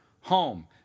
home